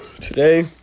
Today